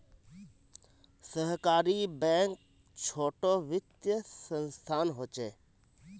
सहकारी बैंक छोटो वित्तिय संसथान होछे